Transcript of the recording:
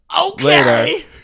okay